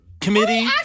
committee